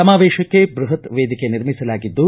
ಸಮಾವೇಶಕ್ಕೆ ಬೃಹತ್ ವೇದಿಕೆ ನಿರ್ಮಿಸಲಾಗಿದ್ದು